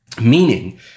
Meaning